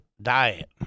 Diet